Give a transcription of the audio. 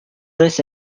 this